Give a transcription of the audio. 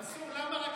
מנסור, למה רק 53?